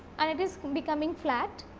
and it is becoming flat.